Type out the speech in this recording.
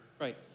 Right